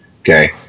Okay